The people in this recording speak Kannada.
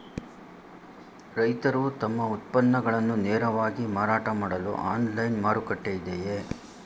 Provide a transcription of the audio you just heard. ರೈತರು ತಮ್ಮ ಉತ್ಪನ್ನಗಳನ್ನು ನೇರವಾಗಿ ಮಾರಾಟ ಮಾಡಲು ಆನ್ಲೈನ್ ಮಾರುಕಟ್ಟೆ ಇದೆಯೇ?